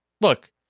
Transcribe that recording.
look